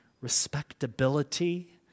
respectability